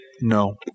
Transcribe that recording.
no